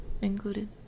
included